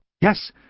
Yes